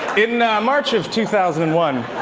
in march of two thousand and one